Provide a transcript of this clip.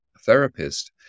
therapist